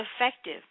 effective